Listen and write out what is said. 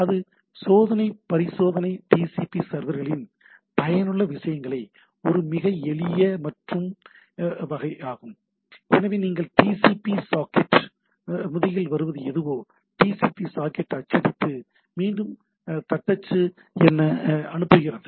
அது சோதனை பரிசோதனை டிசிபி சர்வர்களின் பயனுள்ள விஷயங்களை ஒரு மிக எளிய மற்றும் வெண்ணிலா வகை எனவே நீங்கள் டிசிபி சாக்கெட் முதுகில் வருவது எதுவோ டிசிபி சாக்கெட் அச்சிட்டு மீது தட்டச்சு என்ன அனுப்புகிறது